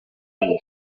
kabiri